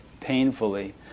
painfully